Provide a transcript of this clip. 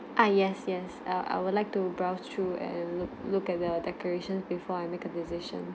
ah yes yes err I would like to browse through and look look at the decoration before I make a decision